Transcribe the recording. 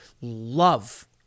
love